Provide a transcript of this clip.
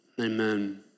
Amen